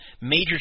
major